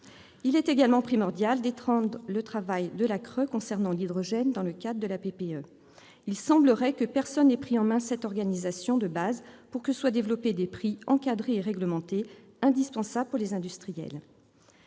de régulation de l'énergie, la CRE, pour ce qui concerne l'hydrogène, dans le cadre de la PPE. Il semblerait que personne n'ait pris en main cette organisation de base pour que soient développés des prix encadrés et réglementés, indispensables pour les industriels.